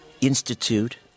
institute